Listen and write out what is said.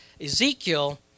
Ezekiel